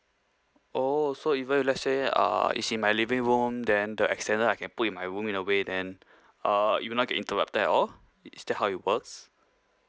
oh so even let's say uh it's in my living room then the extender I can put in my room in a way then uh it will not get interrupted at all is that how it works